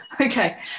okay